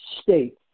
state